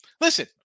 Listen